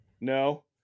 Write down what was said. No